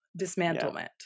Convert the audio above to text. dismantlement